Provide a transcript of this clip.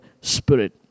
spirit